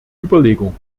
überlegung